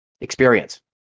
experience